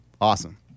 awesome